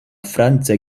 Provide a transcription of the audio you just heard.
franca